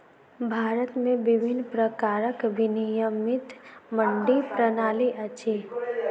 भारत में विभिन्न प्रकारक विनियमित मंडी प्रणाली अछि